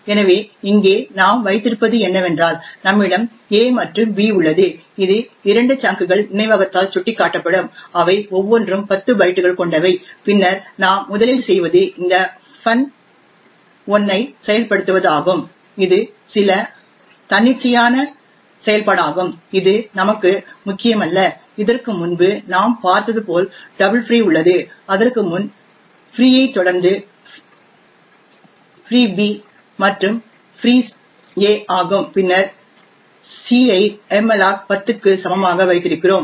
எனவே இங்கே நாம் வைத்திருப்பது என்னவென்றால் நம்மிடம் a மற்றும் b உள்ளது இது இரண்டு சங்க்கள் நினைவகத்தால் சுட்டிக்காட்டப்படும் அவை ஒவ்வொன்றும் 10 பைட்டுகள் கொண்டவை பின்னர் நாம் முதலில் செய்வது இந்த fun1 ஐ செயல்படுத்துவதாகும் இது சில தன்னிச்சையான செயல்பாடாகும் இது நமக்கு முக்கியமல்ல இதற்கு முன்பு நாம் பார்த்தது போல் டபுள் ஃப்ரீ உள்ளது அதற்கு முன் ஃப்ரீ a ஐ தொடர்ந்து ஃப்ரீ b பின்னர் ஃப்ரீ a ஆகும் பின்னர் c ஐ malloc 10 க்கு சமமாக வைத்திருக்கிறோம்